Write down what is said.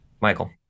Michael